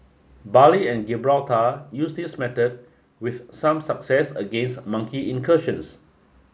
Bali and Gibraltar used this method with some success against monkey incursions